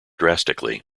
drastically